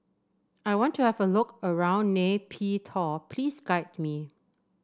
I want to have a look around Nay Pyi Taw please guide me